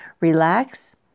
relax